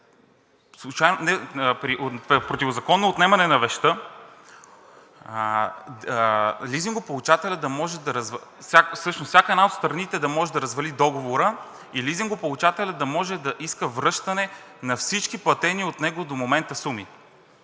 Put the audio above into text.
противозаконно отнемане на вещта всяка една от страните да може да развали договора и лизингополучателят да може да иска връщане на всички платени от него до момента суми.